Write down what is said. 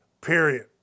period